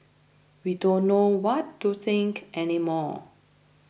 we don't know what to think any more